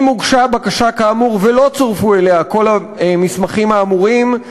אם הוגשה בקשה כאמור ולא צורפו אליה כל המסמכים האמורים,